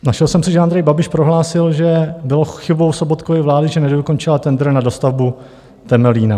Našel jsem si, že Andrej Babiš prohlásil, že bylo chybou Sobotkovy vlády, že nedokončila tendr na dostavbu Temelína.